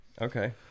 Okay